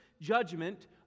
judgment